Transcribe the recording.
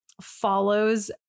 follows